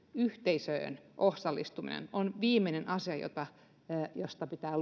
yhteisöön osallistuminen on viimeinen asia josta pitää